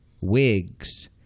wigs